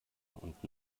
und